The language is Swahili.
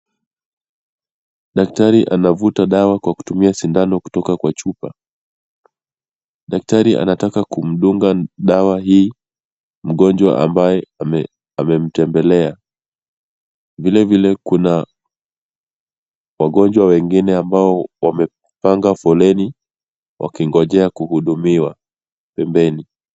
Daktari anavuta dawa kwa kutumia sindano kutoka kwa chupa. Daktari anataka kumdunga dawa hii mgonjwa ambaye amemtembelea. Vilevile kuna wagonjwa wengine ambao wamepanga foleni wakingojea kuhudumiwa pembeni.